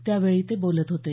त्यावेळी ते बोलत होते